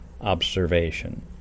observation